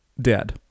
dead